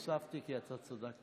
אני הוספתי כי צדקת.